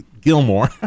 Gilmore